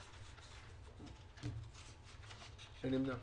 אני נמנע.